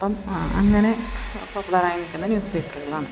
അപ്പം ആ അങ്ങനെ പോപ്പുലറായി നിൽക്കുന്ന ന്യൂസ് പേപ്പറുകളാണ്